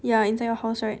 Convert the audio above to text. ya inside your house right